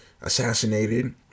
assassinated